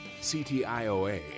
CTIOA